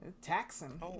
taxing